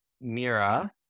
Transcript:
Mira